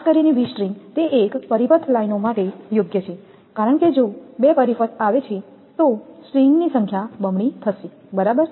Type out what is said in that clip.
ખાસ કરીને V string તે એક પરિપથ લાઇનો માટે યોગ્ય છે કારણ કે જો બે પરિપથ આવે છે તો સ્ટ્રિંગ ની સંખ્યા બમણી થશે બરાબર